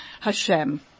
Hashem